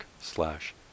slash